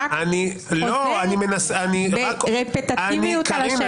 אתה חוזר ברפטטיביות על השם שלי.